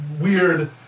weird